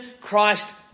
Christ